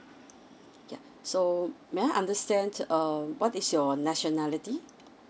yup so may I understand um what is your nationality